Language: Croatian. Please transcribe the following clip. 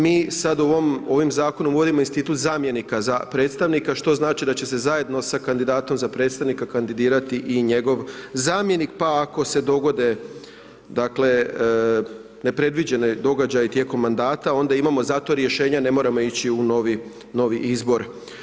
Mi sad ovim zakonom uvodimo institut zamjenika za predstavnika, što znači da će se zajedno sa kandidatom za predstavnika kandidirati i njegov zamjenik, ap ako se dogode dakle, nepredviđeni događaji tijekom mandata, onda imamo za to rješenja, ne moramo ići u novi izbor.